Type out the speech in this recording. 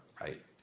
right